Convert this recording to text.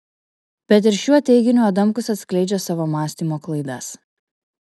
bet ir šiuo teiginiu adamkus atskleidžia savo mąstymo klaidas